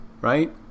right